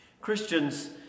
Christians